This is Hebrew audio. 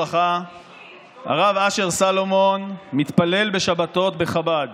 הרב אשר סלומון מתפלל בשבתות בשיכון חב"ד